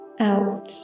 out